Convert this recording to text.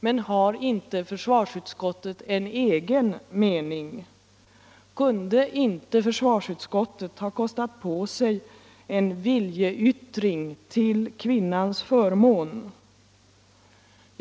Men har inte försvarsutskottet en egen mening? Kunde inte försvarsutskottet ha kostat på sig en viljeyttring till kvinnans förmån?